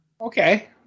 Okay